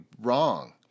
wrong